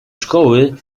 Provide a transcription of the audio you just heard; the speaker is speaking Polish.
szkoły